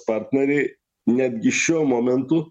partnerį netgi šiuo momentu